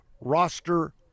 roster